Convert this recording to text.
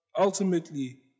ultimately